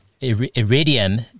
Iridium